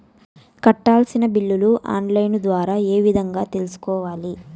కట్టాల్సిన బిల్లులు online ద్వారా ఏ విధంగా తెలుసుకోవాలి?